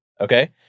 Okay